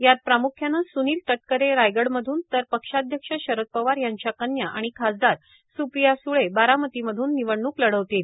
यात प्राम्ख्यानं स्नील तटकरे रायगडमधून तर पक्षाध्यक्ष शरद पवार यांच्या कन्या आणि खासदार स्प्रिया सूळे बारामती मधून निवडणूक लढवतील